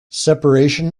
separation